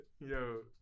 Yo